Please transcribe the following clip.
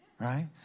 Right